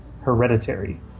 Hereditary